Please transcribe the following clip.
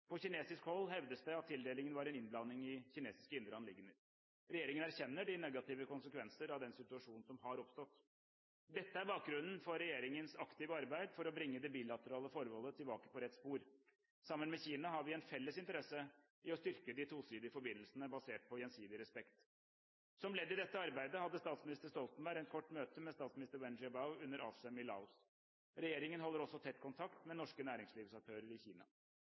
På kinesisk hold hevdes det at tildelingen var en innblanding i kinesiske indre anliggender. Regjeringen erkjenner de negative konsekvenser av den situasjon som har oppstått. Dette er bakgrunnen for regjeringens aktive arbeid for å bringe det bilaterale forholdet tilbake på rett spor. Sammen med Kina har vi en felles interesse av å styrke de tosidige forbindelsene, basert på gjensidig respekt. Som ledd i dette arbeidet hadde statsminister Stoltenberg et kort møte med statsminister Wen Jiabao under ASEM i Laos. Regjeringen holder også tett kontakt med norske næringslivsaktører i Kina.